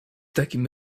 takim